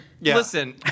Listen